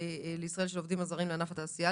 לישראל של העובדים הזרים לענף התעשייה,